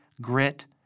grit